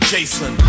Jason